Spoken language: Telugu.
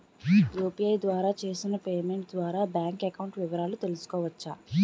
యు.పి.ఐ ద్వారా చేసిన పేమెంట్ ద్వారా బ్యాంక్ అకౌంట్ వివరాలు తెలుసుకోవచ్చ?